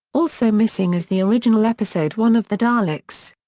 also missing is the original episode one of the daleks.